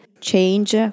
change